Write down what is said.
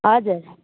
हजुर